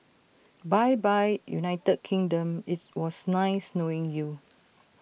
bye bye united kingdom IT was nice knowing you